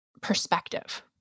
perspective